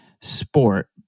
sport